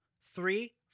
three